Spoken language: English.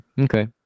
okay